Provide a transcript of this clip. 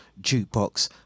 Jukebox